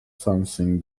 something